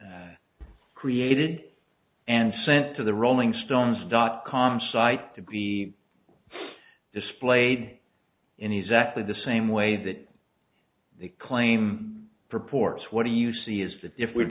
created and sent to the rolling stones dot com site to be displayed in exactly the same way that the claim purports what do you see is